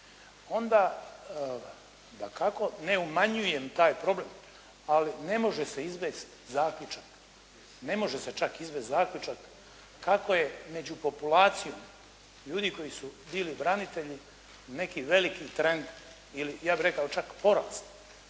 dakako ne umanjujem taj problem, ali ne može se izvesti zaključak, ne može se čak izvesti zaključak kako je među populacijom ljudi koji su bili branitelji neki veliki trend ili ja bih rekao čak porast